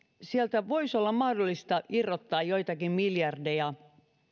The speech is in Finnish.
sieltä voisi olla mahdollista irrottaa joitakin miljardeja